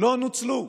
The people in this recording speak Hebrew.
לא נוצלו.